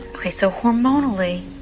ok, so hormonally,